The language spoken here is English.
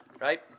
right